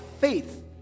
faith